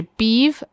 beef